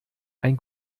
ein